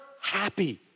happy